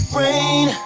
rain